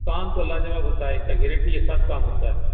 کام تو لاجواب ہوتا ہے اس کا گارنٹی کے ساتھ کام ہوتا ہے